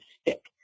stick